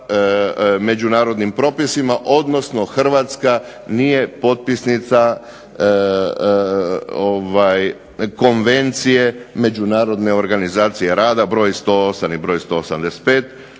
međunarodnim propisima, odnosno Hrvatska nije potpisnica konvencije Međunarodne organizacije rada broj 108 i broj